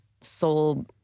soul